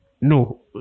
No